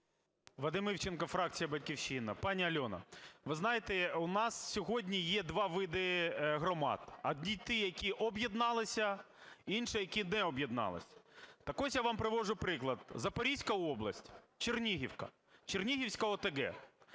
Вадим Івченко, фракція "Батьківщина". Пані Альона, ви знаєте, у нас сьогодні є два види громад. Одні ті, які об'єдналися, інші – які не об'єднались. Так ось я вам приводжу приклад. Запорізька область Чернігівка, Чернігівська ОТГ.